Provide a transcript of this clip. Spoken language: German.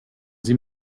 sie